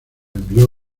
envió